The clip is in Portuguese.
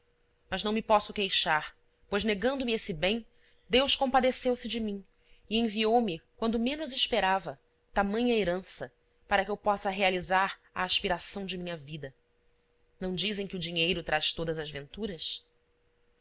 mas não me posso queixar pois negando me esse bem deus compadeceu se de mim e enviou me quando menos esperava tamanha herança para que eu possa realizar a aspiração de minha vida não dizem que o dinheiro traz todas as venturas